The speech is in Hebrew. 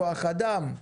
כוח אדם?